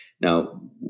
Now